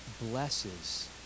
blesses